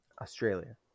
Australia